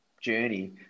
journey